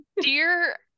Dear